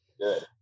Good